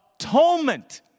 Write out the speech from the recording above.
atonement